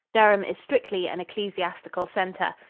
durham is strictly an ecclesiastical center.